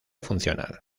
funcional